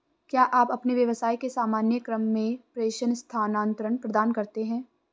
क्या आप अपने व्यवसाय के सामान्य क्रम में प्रेषण स्थानान्तरण प्रदान करते हैं?